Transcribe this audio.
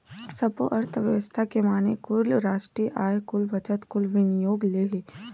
सब्बो अर्थबेवस्था के माने कुल रास्टीय आय, कुल बचत, कुल विनियोग ले हे